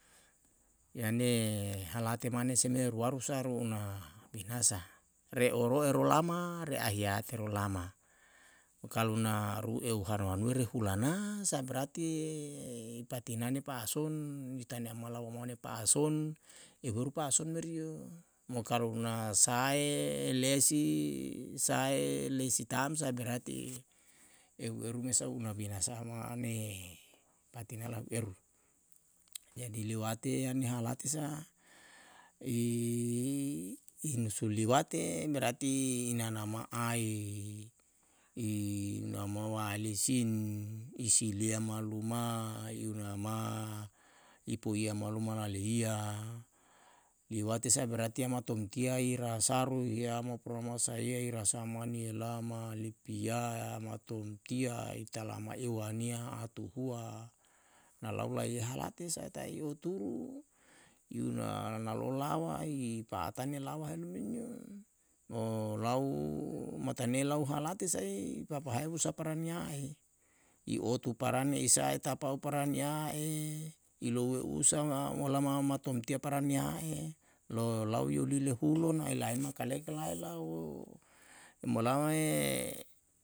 Yane halate mane se me ruaru saru una binasa re oro ero lama re ahiate rolama, mo kalu na rueu hanu anue re hulana sa berarti i patinane pa'ason uitane ama lau amone pa'ason ehu eru pa'ason merio mo kalu na sahae e lesi sahae lesi tamsa berarti ehu eru mesa una binasa a mane patinala hu eru. jadi liwate an halate sa i nusu liwate berari i nana ma ai i nama waele sin isilia maluma iuna ma i puia maluma laleia liwate saa berarti ama tomtia i rasaru hiama pura masa hia i rasa mane olama lipia ma tomtia i talama iwani atuhua nalau lahia halate sae tae oturu yuna nalo'o lawa i pa'atane lawa helu menio, mo lau matane lau halate sai papa heu sa parang nia'e i otu parang ne isae tapau parang ni'a'e i loue usa ma molama ma tumtia parang ni ae lo lau yolile hulo na elae ma kalek lae lau molamae